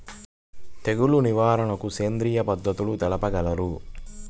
తెగులు నివారణకు సేంద్రియ పద్ధతులు తెలుపగలరు?